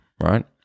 right